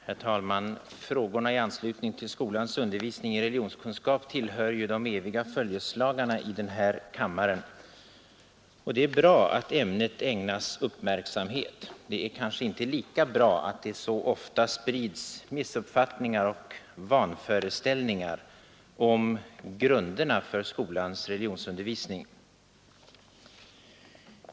Herr talman! Frågorna i anslutning till skolans undervisning i religionskunskap tillhör de eviga följeslagarna i denna kammare. Det är bra att ämnet ägnas uppmärksamhet, men det är kanske inte lika bra att det så ofta sprids missuppfattningar och vanföreställningar om grunden för skolans religionsundervisning.